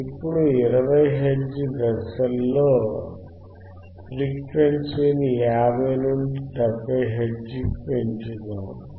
ఇప్పుడు 20 హెర్ట్జ్దశల్లో ఫ్రీక్వెన్సీని 50 నుండి 70 హెర్ట్జ్ కి పెంచుదాం